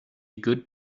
good